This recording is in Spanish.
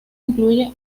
incluye